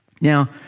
Now